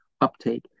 uptake